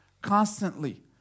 constantly